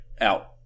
out